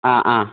ആ ആ